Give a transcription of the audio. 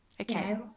Okay